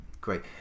great